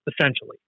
essentially